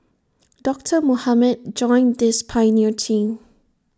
doctor Mohamed joined this pioneer team